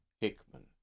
Hickman